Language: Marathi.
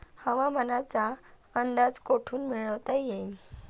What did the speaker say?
हवामानाचा अंदाज कोठून मिळवता येईन?